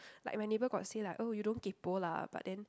like my neighbour got say lah oh you don't kaypoh lah but then